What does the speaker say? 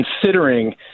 considering